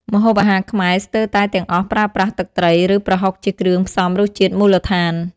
ម្ហូបអាហារខ្មែរស្ទើរតែទាំងអស់ប្រើប្រាស់ ទឹកត្រី ឬប្រហុកជាគ្រឿងផ្សំរសជាតិមូលដ្ឋាន។